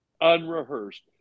unrehearsed